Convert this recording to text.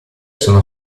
sono